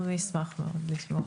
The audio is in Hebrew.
אנחנו נשמח מאוד לשמוע.